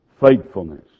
faithfulness